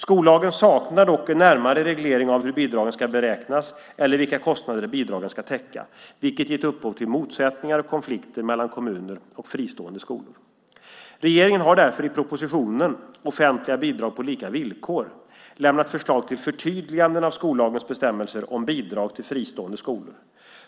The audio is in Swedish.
Skollagen saknar dock en närmare reglering av hur bidragen ska beräknas eller vilka kostnader bidragen ska täcka, vilket gett upphov till motsättningar och konflikter mellan kommuner och fristående skolor. Regeringen har därför i propositionen Offentliga bidrag på lika villkor, prop. 2008/09:171, lämnat förslag till förtydliganden av skollagens bestämmelser om bidrag till fristående skolor.